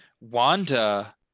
Wanda